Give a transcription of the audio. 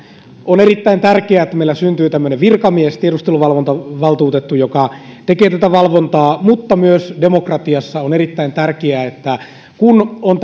on erittäin tärkeää että meillä syntyy tämmöinen virkamies tiedusteluvalvontavaltuutettu joka tekee tätä valvontaa mutta demokratiassa on erittäin tärkeää että kun on